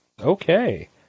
Okay